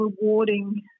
rewarding